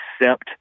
accept